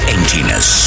Emptiness